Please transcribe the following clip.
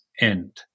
end